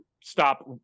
stop